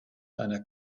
einer